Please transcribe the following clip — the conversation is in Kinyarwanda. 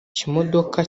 kimodoka